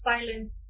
Silence